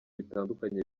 bitandukanye